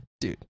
dude